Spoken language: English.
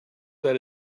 that